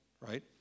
right